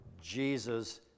Jesus